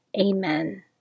Amen